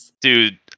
dude